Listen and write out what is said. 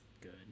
good